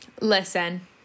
listen